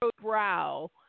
brow